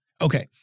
Okay